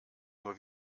nur